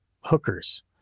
hookers